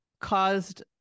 caused